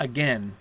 Again